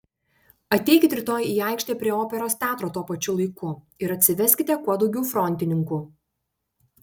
ateikit rytoj į aikštę prie operos teatro tuo pačiu laiku ir atsiveskite kuo daugiau frontininkų